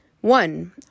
One